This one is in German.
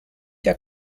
der